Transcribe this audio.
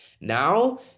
Now